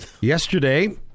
Yesterday